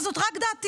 אבל זאת רק דעתי.